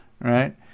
right